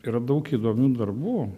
yra daug įdomių darbų